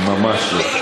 ממש לא.